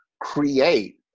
create